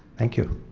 thank you.